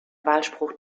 wahlspruch